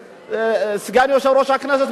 סגן יושב-ראש הכנסת,